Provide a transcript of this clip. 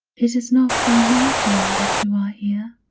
it is not by my doing that you are here.